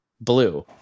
blue